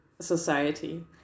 society